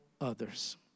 others